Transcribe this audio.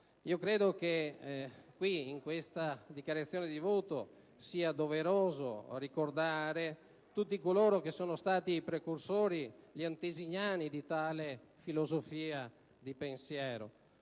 Ritengo che in questa dichiarazione di voto sia doveroso ricordare tutti coloro che sono stati i precursori, gli antesignani di tale filosofia di pensiero.